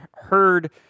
heard